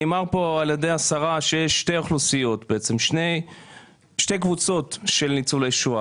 נאמר פה על ידי השרה שיש שתי קבוצות של ניצולי שואה.